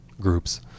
Groups